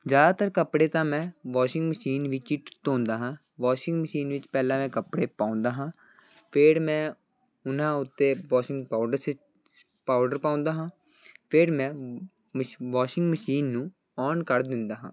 ਜ਼ਿਆਦਾਤਰ ਕੱਪੜੇ ਤਾਂ ਮੈਂ ਵਾਸ਼ਿੰਗ ਮਸ਼ੀਨ ਵਿੱਚ ਹੀ ਧੋਂਦਾ ਹਾਂ ਵਾਸ਼ਿੰਗ ਮਸ਼ੀਨ ਵਿੱਚ ਪਹਿਲਾਂ ਮੈਂ ਕੱਪੜੇ ਪਾਉਂਦਾ ਹਾਂ ਫਿਰ ਮੈਂ ਉਹਨਾਂ ਉੱਤੇ ਵਾਸ਼ਿੰਗ ਪਾਊਡਰ ਸਿੱਟ ਪਾਊਡਰ ਪਾਉਂਦਾ ਹਾਂ ਫਿਰ ਮੈਂ ਮਸ਼ ਵਾਸ਼ਿੰਗ ਮਸ਼ੀਨ ਨੂੰ ਔਨ ਕਰ ਦਿੰਦਾ ਹਾਂ